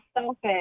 selfish